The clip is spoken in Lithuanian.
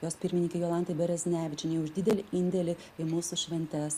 jos pirmininkei jolantai beresnevičienei už didelį indėlį į mūsų šventes